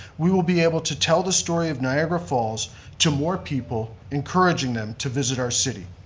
we will be able to tell the story of niagara falls to more people, encouraging them to visit our city.